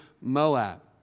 Moab